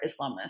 Islamists